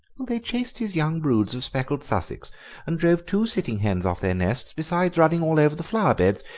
they chased his young broods of speckled sussex and drove two sitting hens off their nests, besides running all over the flower beds.